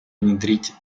внедрить